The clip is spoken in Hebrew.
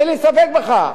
אין לי ספק בכך.